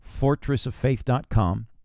fortressoffaith.com